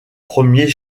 premiers